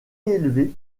élevée